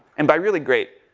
and by really great,